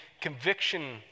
conviction